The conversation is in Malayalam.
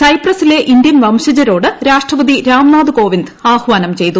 സൈപ്രസിലെ ഇന്ത്യൻ വംശജരോട് രാഷ്ട്രപതി രാംനാഥ് കോവിന്ദ് ആഹ്വാന്ം ചെയ്തു